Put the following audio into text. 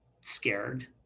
scared